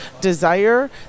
desire